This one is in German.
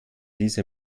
diese